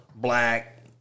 black